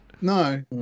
no